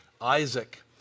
Isaac